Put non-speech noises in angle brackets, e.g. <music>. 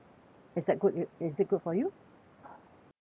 is that good i~ is it good for you <noise>